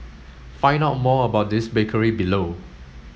find out more about this bakery below